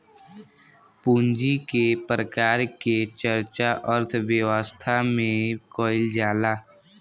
पूंजी के प्रकार के चर्चा अर्थव्यवस्था में कईल जाला